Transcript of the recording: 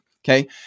Okay